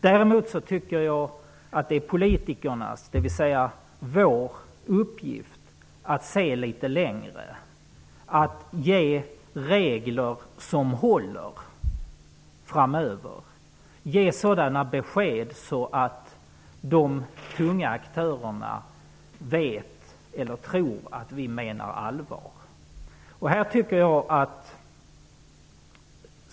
Däremot anser jag att det är politikernas, dvs. vår, uppgift att se litet längre. Vi måste skapa regler som håller framöver. Vi måste ge sådana besked att de tunga aktörerna förstår att vi menar allvar.